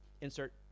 insert